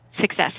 success